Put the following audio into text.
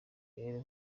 rero